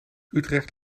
utrecht